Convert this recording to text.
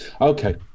Okay